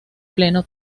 pleno